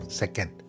second